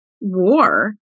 war